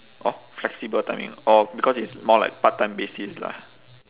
orh flexible timing ah orh because it's more like part time basis lah